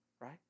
right